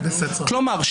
כלומר,